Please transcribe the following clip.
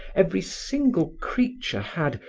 every single creature had,